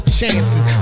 chances